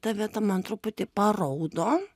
ta vieta man truputį paraudo